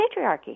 patriarchy